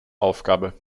aufgabe